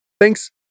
Thanks